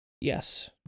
Yes